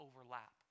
overlap